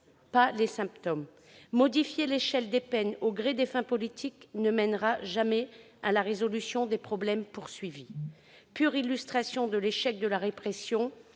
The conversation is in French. non les symptômes. Modifier l'échelle des peines au gré des fins politiques ne mènera jamais à la résolution des problèmes. Nous sommes là dans la pure illustration de l'échec de la répression.